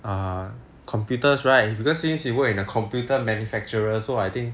err computers right because since he work in a computer manufacturer so I think